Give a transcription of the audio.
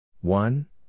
One